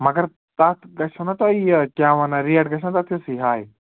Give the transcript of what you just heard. مگر تَتھ گَژھِو نا تۄہہِ یہِ کیٛاہ وَنان ریٹ گژھِ نا تَتھ تِژھٕے ہاے